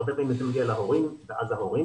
הרבה פעמים זה מגיע להורים ואז ההורים